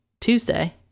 tuesday